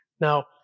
Now